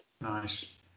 Nice